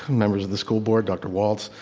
members of the school board, dr. walts.